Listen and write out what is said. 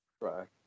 right